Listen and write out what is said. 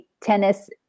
tennis